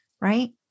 right